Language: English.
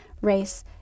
race